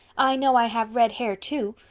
i know i have red hair too.